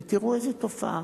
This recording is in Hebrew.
ותראו איזו תופעה.